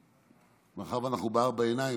מאחר שאנחנו בארבע עיניים,